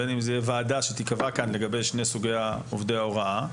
בין אם זה יהיה ועדה שתיקבע כאן לגבי שני סוגי עובדי ההוראה,